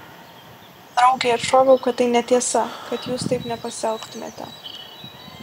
draugei atšoviau kad tai netiesa kad jūs taip nepasielgtumėte